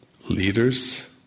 leaders